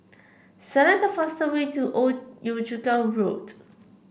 select the fastest way to Old Yio Chu Kang Road